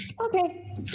Okay